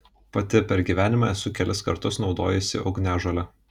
pati per gyvenimą esu kelis kartus naudojusi ugniažolę